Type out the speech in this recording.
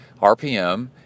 RPM